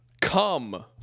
Come